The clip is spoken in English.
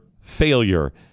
failure